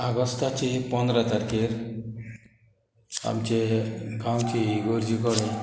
आगोस्टाचे पोंदरा तारखेर आमचे गांवची इगोर्जी कोडे